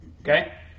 okay